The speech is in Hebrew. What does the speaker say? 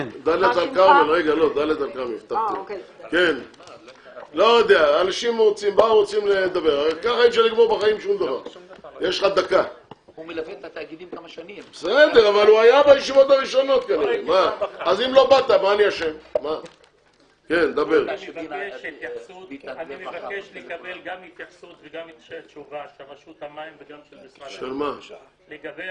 אני מבקש לקבל התייחסות וגם תשובה מרשות המים וגם של משרד האוצר לגבי